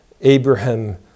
Abraham